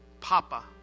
Papa